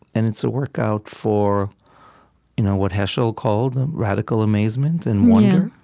and it's a workout for you know what heschel called radical amazement and wonder.